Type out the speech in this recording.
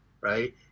right